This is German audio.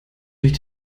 durch